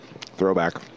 throwback